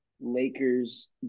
Lakers